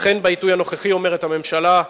"לכן בעיתוי הנוכחי" אומרת הממשלה,